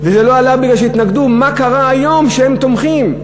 וזה לא עלה בגלל שהתנגדו, מה קרה היום שהם תומכים?